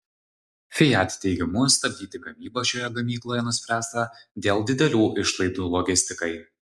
fiat teigimu stabdyti gamybą šioje gamykloje nuspręsta dėl didelių išlaidų logistikai